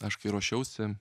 aš kai ruošiausi